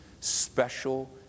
special